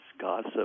gossip